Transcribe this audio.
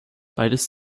beides